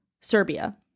Serbia